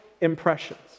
impressions